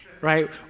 right